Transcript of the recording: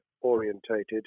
orientated